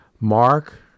Mark